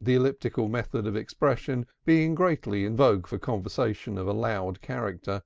the elliptical method of expression being greatly in vogue for conversation of a loud character.